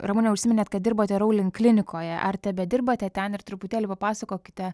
ramune užsiminėt kad dirbote rouling klinikoje ar tebedirbate ten ir truputėlį papasakokite